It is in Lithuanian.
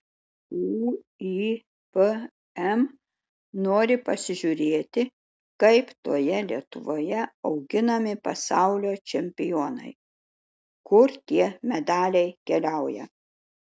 uipm nori pasižiūrėti kaip toje lietuvoje auginami pasaulio čempionai kur tie medaliai keliauja